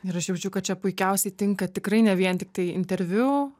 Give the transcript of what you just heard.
ir aš jaučiu kad čia puikiausiai tinka tikrai ne vien tiktai interviu